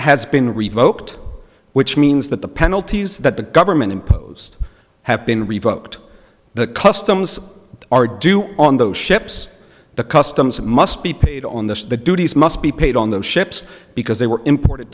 has been revoked which means that the penalties that the government imposed have been revoked the customs are due on those ships the customs must be paid on this the duties must be paid on those ships because they were imported